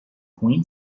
ruim